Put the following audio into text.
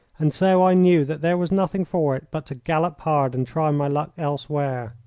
and so i knew that there was nothing for it but to gallop hard and try my luck elsewhere.